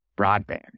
broadband